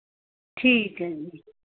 ਠੀਕ ਹੈ ਜੀ